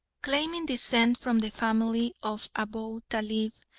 claiming descent from the family of abou talib,